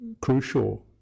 crucial